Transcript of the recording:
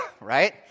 right